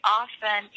often